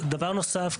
דבר נוסף,